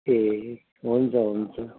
ए हुन्छ हुन्छ